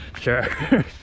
sure